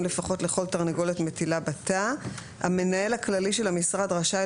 לפחות לכל תרנגולת מטילה בתא; המנהל הכללי של המשרד רשאי,